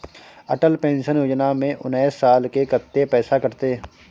Atal pension योजना में उनैस साल के कत्ते पैसा कटते?